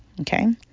okay